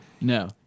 No